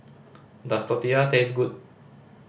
does Tortilla taste good